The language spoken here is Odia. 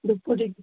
ଧୂପ ଟିକେ